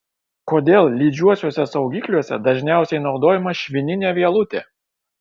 kodėl lydžiuosiuose saugikliuose dažniausiai naudojama švininė vielutė